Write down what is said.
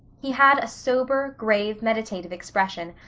he had a sober, grave, meditative expression,